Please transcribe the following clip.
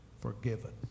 forgiven